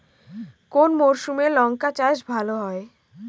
কোন মরশুমে লঙ্কা চাষ ভালো হয়?